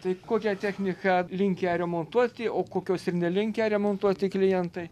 tai kokia technika link ją remontuoti o kokios ir nelinkę remontuoti klientai